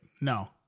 No